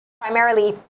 primarily